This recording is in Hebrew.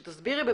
שתסבירי.